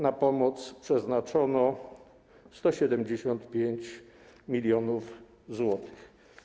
Na pomoc przeznaczono 175 mln zł.